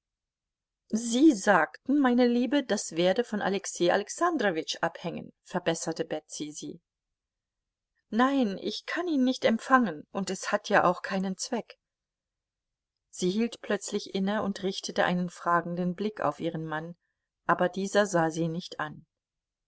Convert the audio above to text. sie sagten meine liebe das werde von alexei alexandrowitsch abhängen verbesserte betsy sie nein ich kann ihn nicht empfangen und es hat ja auch keinen zweck sie hielt plötzlich inne und richtete einen fragenden blick auf ihren mann aber dieser sah sie nicht an